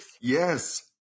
Yes